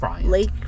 Lake